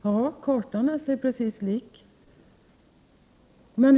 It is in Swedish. Ja, kartan är sig precis lik.